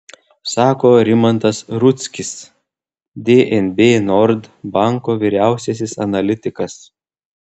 sako rimantas rudzkis dnb nord banko vyriausiasis analitikas